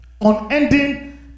Unending